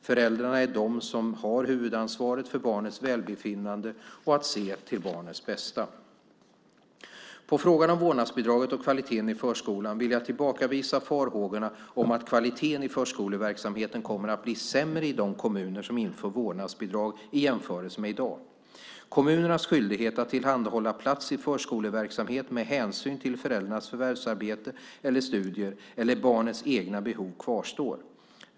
Föräldrarna är de som har huvudansvaret för barnets välbefinnande och att se till barnets bästa. På frågan om vårdnadsbidraget och kvaliteten i förskolan vill jag tillbakavisa farhågorna om att kvaliteten i förskoleverksamheten kommer att bli sämre i de kommuner som inför vårdnadsbidrag i jämförelse med i dag. Kommunernas skyldighet att tillhandahålla plats i förskoleverksamhet med hänsyn till föräldrarnas förvärvsarbete eller studier eller barnets egna behov kvarstår.